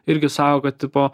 irgi sako kad tipo